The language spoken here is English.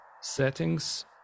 settings